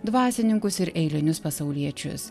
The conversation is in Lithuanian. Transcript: dvasininkus ir eilinius pasauliečius